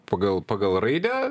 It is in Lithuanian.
pagal pagal raidę